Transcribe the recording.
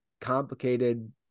complicated